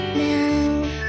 now